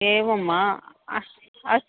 एवं वा अस्तु अस्तु